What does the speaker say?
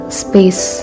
space